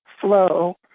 flow